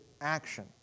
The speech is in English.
action